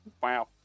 Wow